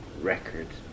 records